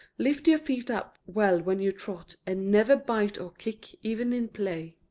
lift your feet up well when you trot, and never bite or kick even in play.